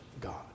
God